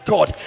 God